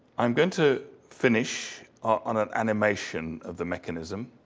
i'm going to finish on an animation of the mechanism,